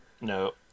No